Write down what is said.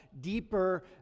deeper